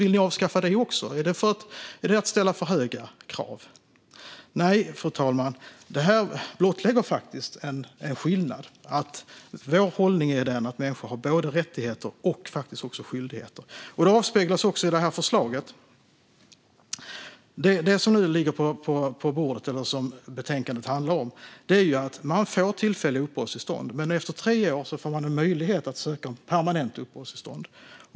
Vill ni avskaffa även detta? Är det här att ställa för höga krav? Fru talman! Detta blottlägger faktiskt en skillnad. Vår hållning är att människor har både rättigheter och skyldigheter. Det avspeglas också i det förslag som betänkandet handlar om. Man får tillfälliga uppehållstillstånd, men efter tre år får man en möjlighet att söka om ett permanent uppehållstillstånd.